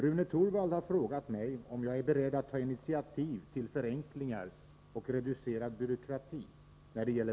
Herr talman!